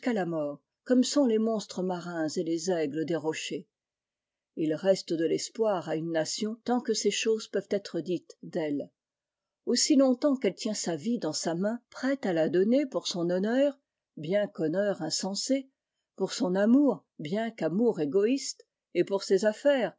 comme sont les monstres marins et les aigles des rochers et il reste de l'espoir à une nation tant que ces choses peuvent être dites d'elle aussi longtemps qu'elle tient sa vie dans sa main prête à la donner pour son honneur bien qu'honneur insensé pour son amour bien qu'amour égoïste et pour ses affaires